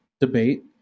debate